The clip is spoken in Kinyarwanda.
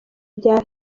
bya